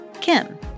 Kim